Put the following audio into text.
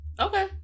Okay